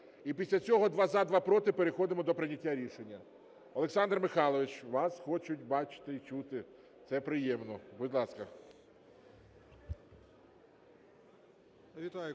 І після цього два – за, два – проти, переходимо до прийняття рішення. Олександр Михайлович, вас хочуть бачити і чути. Це приємно. Будь ласка.